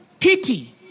pity